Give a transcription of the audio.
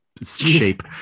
shape